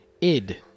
id